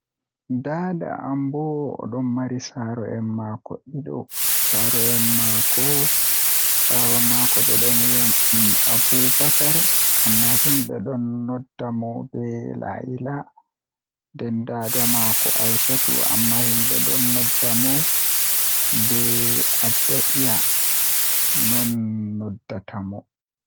Dada am bo odon mari saaro'en maako dido sarro'en maako baba maako bedon wiyamo Abubakar amma himbe don nodda mo be Laila nden daama makko Aishatu amma himbe don nodda mo be Adda iya non noddata mo.